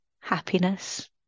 happiness